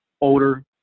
older